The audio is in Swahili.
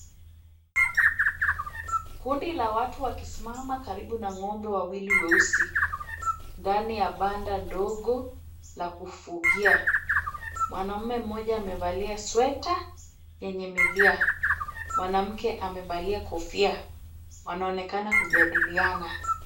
Kundi la watu wakisimama karibu na ng'ombe wawili weusi, ndani ya banda ndogo la kufugia. Mwanaume mmoja amevalia sweta yenye milia. Mwanamke amevalia kofia. Wanaonekana kujadiliana.